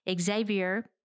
Xavier